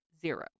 zero